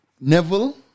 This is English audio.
Neville